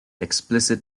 explicit